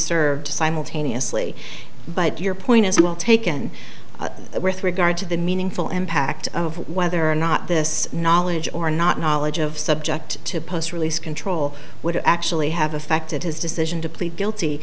served to simultaneously but your point is well taken with regard to the meaningful impact of whether or not this knowledge or not knowledge of subject to post release control would actually have affected his decision to plead guilty